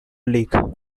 league